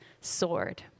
sword